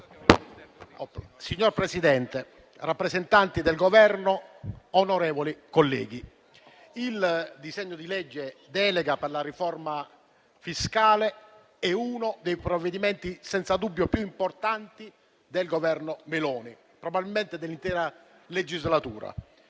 Signor Presidente, rappresentanti del Governo, onorevoli colleghi, il disegno di legge delega per la riforma fiscale è uno dei provvedimenti senza dubbio più importanti del Governo Meloni, probabilmente dell'intera legislatura.